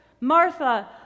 Martha